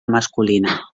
masculina